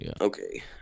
Okay